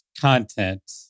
content